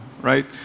right